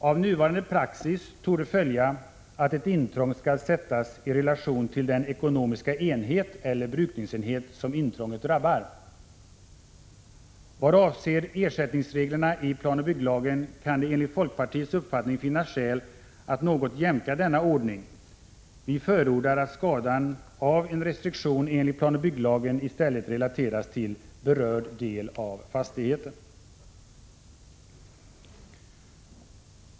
Av nuvarande praxis torde följa att ett intrång skall sättas i relation till den ekonomiska enhet eller brukningsenhet som intrånget drabbar. Vad avser ersättningsreglerna i planoch bygglagen kan det enligt folkpartiets uppfattning finnas skäl att något jämka denna ordning. Vi förordar att skadan av en restriktion enligt planoch bygglagen i stället relateras till berörd del av fastigheten.